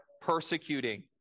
persecuting